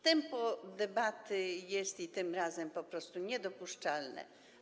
Tempo debaty jest i tym razem po prostu niedopuszczalne.